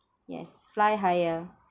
yes fly higher